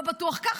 לא בטוח ככה.